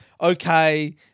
okay